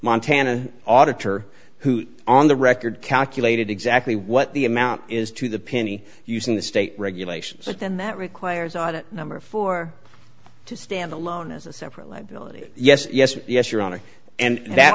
montana auditor who on the record calculated exactly what the amount is to the penny using the state regulations and that requires an audit number four to stand alone as a separate liability yes yes yes your honor and that